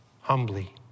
humbly